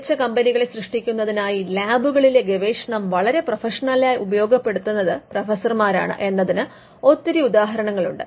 മികച്ച കമ്പനികളെ സൃഷ്ടിക്കുന്നതിനായി ലാബുകളിലെ ഗവേഷണം വളരെ പ്രൊഫഷണലായി ഉപയോഗപ്പെടുത്തുന്നത് പ്രൊഫസർമാരാണ് എന്നതിന് ഒത്തിരി ഉദാഹരണങ്ങളുണ്ട്